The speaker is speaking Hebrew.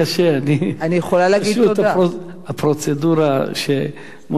אל תיקחי את זה קשה, פשוט הפרוצדורה היא שמודיעים.